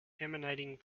emanating